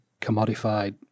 commodified